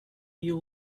you